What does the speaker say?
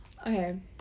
Okay